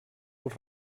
els